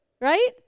Right